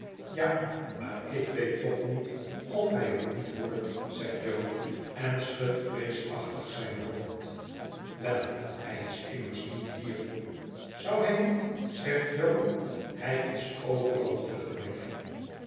ja maar ik weet toch niet of hij het niet hoort zegt jo en schudt vreesachtig zijn hoofd wel hij is immers niet hier zou hij niet zegt jo hij is overal